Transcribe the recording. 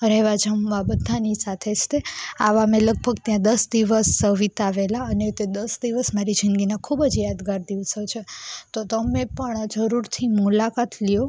રહેવા જમવા બધાની સાથે જ તે આવા મેં લગભગ ત્યાં દસ દિવસ ત્યાં વિતાવેલા અને તે દસ દિવસ મારી જિંદગીના ખૂબ જ યાદગાર દિવસો છે તો તમે પણ આ જરૂરથી મુલાકાત લ્યો